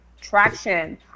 traction